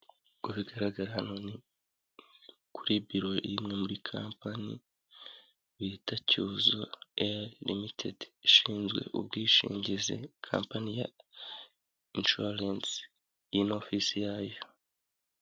Uko bigaragara hano ni kuri biro y'imwe muri kampani bita Cuzo eri limitedi ishinzwe ubwishingizi, Kampani ya inshuwarensi iyi ni ofisi yayo.